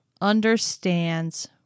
understands